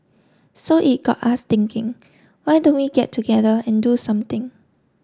so it got us thinking why don't we get together and do something